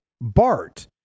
Bart